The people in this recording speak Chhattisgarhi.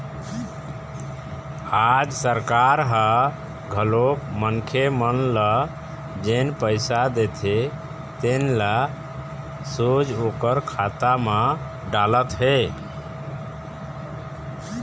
आज सरकार ह घलोक मनखे मन ल जेन पइसा देथे तेन ल सोझ ओखर खाता म डालत हे